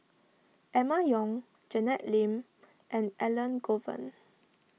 Emma Yong Janet Lim and Elangovan